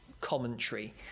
commentary